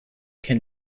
can